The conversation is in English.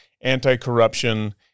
anti-corruption